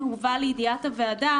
הובא לידיעת הוועדה